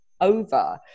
over